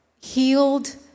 healed